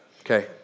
Okay